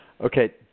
Okay